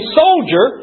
soldier